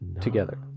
together